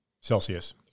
Celsius